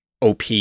OP